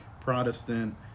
Protestant